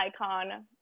icon